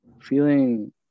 feeling